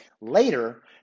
later